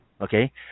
Okay